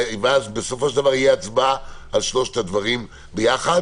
ובסופו של דבר, תהיה הצבעה על שלושת הדברים ביחד.